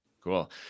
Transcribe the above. Cool